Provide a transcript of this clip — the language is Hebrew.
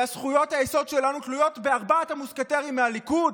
וזכויות היסוד שלנו תלויות בארבעת המוסקטרים מהליכוד,